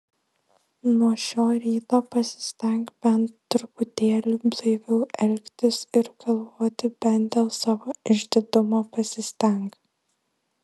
nuo šio ryto pasistenk bent truputėlį blaiviau elgtis ir galvoti bent dėl savo išdidumo pasistenk